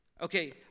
Okay